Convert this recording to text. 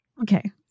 Okay